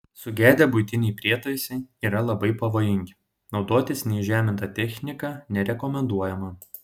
sugedę buitiniai prietaisai yra labai pavojingi naudotis neįžeminta technika nerekomenduojama